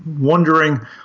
wondering